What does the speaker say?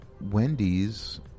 Wendy's